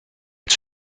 het